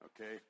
Okay